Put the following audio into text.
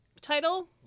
title